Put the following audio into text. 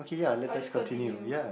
I will just continue